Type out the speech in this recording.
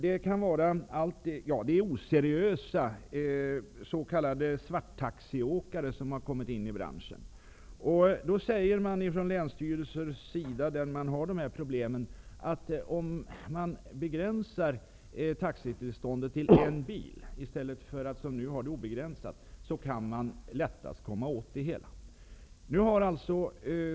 De handlar om oseriösa, s.k. svarttaxiåkare, som har kommit in i branschen. Då säger man från länsstyrelsernas sida, att om taxitillståndet kan begränsas till en bil, i stället för att gälla obegränsat, som nu, blir det lättare att komma åt det hela.